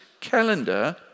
calendar